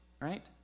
Right